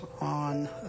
on